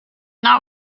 not